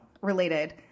related